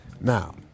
Now